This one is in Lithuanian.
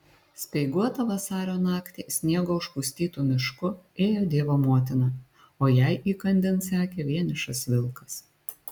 speiguotą vasario naktį sniego užpustytu mišku ėjo dievo motina o jai įkandin sekė vienišas vilkas